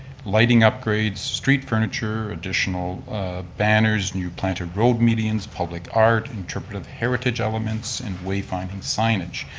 lighting upgrades, street furniture, additional banners, new planter road medians, public art, interpretive heritage elements and wayfinding signage.